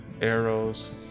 arrows